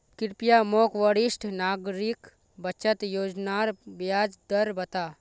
कृप्या मोक वरिष्ठ नागरिक बचत योज्नार ब्याज दर बता